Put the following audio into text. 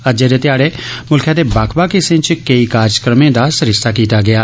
अज्जै दे ध्याड़े मुल्खै दे बक्ख बक्ख हिस्सें च केंई कार्जक्रमें दा सरिस्ता कीता गेआ